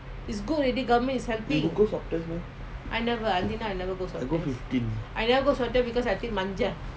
you got go swab test meh I go fifteen